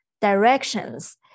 directions